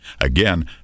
Again